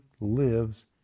lives